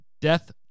Death